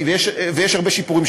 ונעשו הרבה שיפורים,